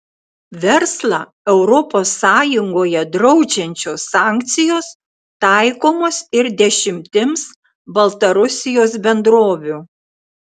verslą europos sąjungoje draudžiančios sankcijos taikomos ir dešimtims baltarusijos bendrovių